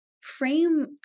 frame